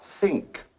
Sink